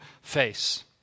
face